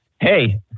Hey